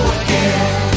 again